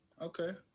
Okay